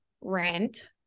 rent